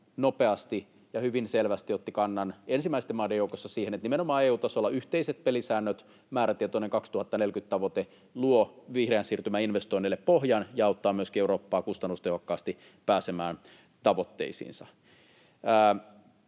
nopeasti ja hyvin selvästi otti kannan ensimmäisten maiden joukossa siihen, että nimenomaan EU-tasolla yhteiset pelisäännöt, määrätietoinen 2040-tavoite, luovat vihreän siirtymän investoinneille pohjan ja auttavat myöskin Eurooppaa kustannustehokkaasti pääsemään tavoitteisiinsa.